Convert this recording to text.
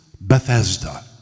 Bethesda